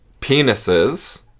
penises